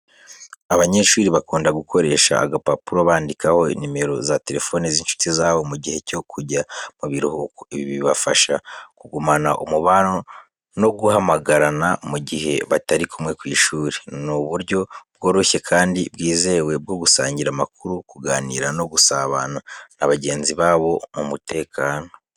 Abanyeshuri bakunda gukoresha agapapuro bandikaho nimero za telefone z’inshuti zabo mu gihe cyo kujya mu biruhuko. Ibi bibafasha kugumana umubano no guhamagarana mu gihe batari kumwe ku ishuri. Ni uburyo bworoshye, kandi bwizewe bwo gusangira amakuru, kuganira no gusabana n’abagenzi babo mu mutekano.